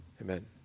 Amen